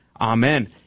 Amen